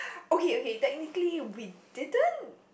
okay okay technically we didn't